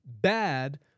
Bad